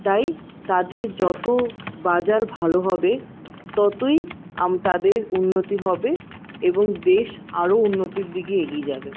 তাই তাদের যত বাজার ভালো হবে ততই আম তাদের উন্নতি হবে এবং দেশ আরও উন্নতির দিকে এগিয়ে যাবে